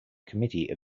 committee